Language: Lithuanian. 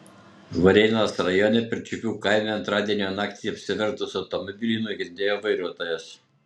varėnos rajone pirčiupių kaime antradienio naktį apsivertus automobiliui nukentėjo vairuotojas